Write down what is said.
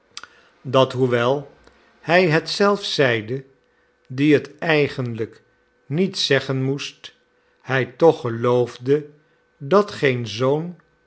dat hoewel hij het zelf zeide die het eigenlijk niet zeggen moest hij toch geloofde dat geen zoon